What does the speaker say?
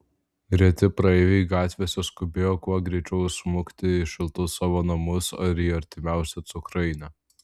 reti praeiviai gatvėse skubėjo kuo greičiau smukti į šiltus savo namus ar į artimiausią cukrainę